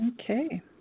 Okay